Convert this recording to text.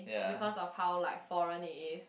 because of how like foreign it is